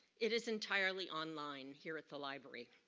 it is entirely online here at the library.